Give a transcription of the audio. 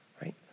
Right